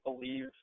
believe